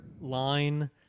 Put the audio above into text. line